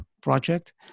project